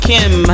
Kim